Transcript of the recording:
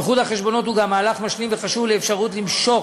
איחוד החשבונות הוא גם מהלך משלים וחשוב לאפשרות למשוך